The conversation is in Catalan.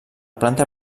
planta